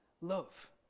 love